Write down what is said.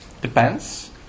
Depends